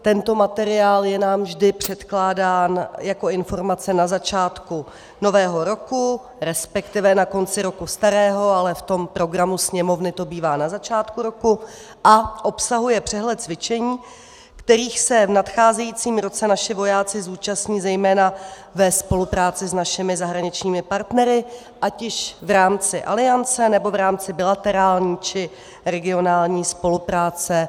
Tento materiál je nám vždy předkládán jako informace na začátku nového roku, resp. na konci roku starého, ale v programu Sněmovny to bývá na začátku roku, a obsahuje přehled cvičení, kterých se v nadcházejícím roce naši vojáci zúčastní zejména ve spolupráci s našimi zahraničními partnery ať již v rámci Aliance, nebo v rámci bilaterální či regionální spolupráce.